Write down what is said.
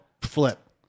flip